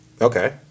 Okay